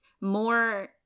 more